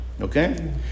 okay